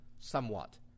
Somewhat